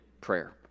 prayer